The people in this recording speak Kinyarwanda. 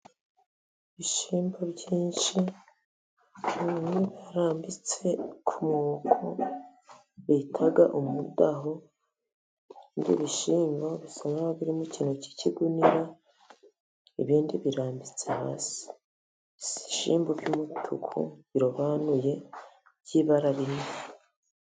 Ibishyimbo byinshi birambitse ku mwuko bita umudaho. Ni ibishyimbo bisa n'ibiri mu kintu cy'ikigunira, ibindi birambitse hasi ibishyimbo by'umutuku birobanuye by'ibara rimwe.